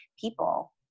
people